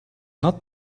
not